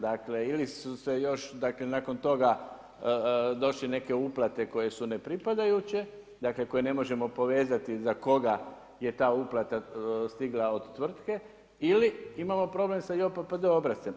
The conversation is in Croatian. Dakle ili su se još dakle nakon toga došle neke uplate koje su nepripadajuće, dakle koje ne možemo povezati za koga je ta uplata stigla od tvrtke ili imamo problem sa JOPPD obrascem.